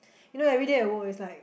you know everyday I walk is like